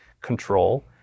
control